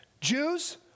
Jews